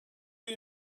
you